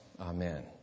Amen